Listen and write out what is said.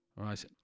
Right